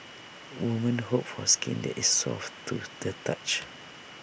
women hope for skin that is soft to the touch